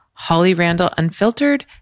hollyrandallunfiltered